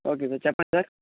okay sir చెప్పండి sir